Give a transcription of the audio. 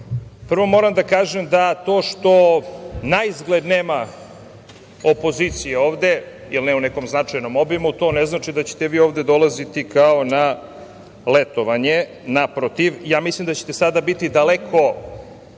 prvo moram da kažem da to što naizgled nema opozicije ovde ili ne u nekom značajnom obimu, to ne znači da ćete vi ovde dolaziti kao na letovanje. Naprotiv. Ja mislim da ćete sada biti daleko